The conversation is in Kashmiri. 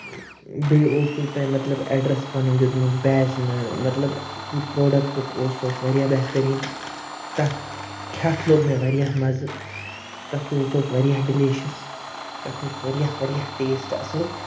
بیٚیہِ اوسوٕ تۄہہِ مطلب ایڈرَس پَنُن دیُتمُت بیچ مطلب پرٛوڈَکٹ اوس سُہ اوس واریاہ بہتریٖن تَتھ کھیٚتھ لوٚگ مےٚ واریاہ مَزٕ تَتھ سُہ اوس واریاہ ڈیلِیشس تَتھ اوس واریاہ واریاہ ٹیٚسٹ اَصٕل